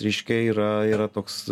reiškia yra yra toks